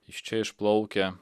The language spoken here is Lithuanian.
iš čia išplaukia